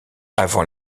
avant